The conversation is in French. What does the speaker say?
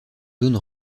zone